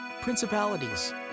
principalities